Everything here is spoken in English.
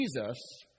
Jesus